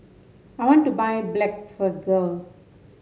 I want to buy Blephagel